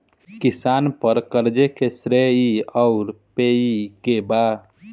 किसान पर क़र्ज़े के श्रेइ आउर पेई के बा?